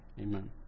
Amen